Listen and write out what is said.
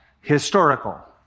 historical